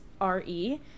R-E